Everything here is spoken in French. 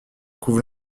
couvre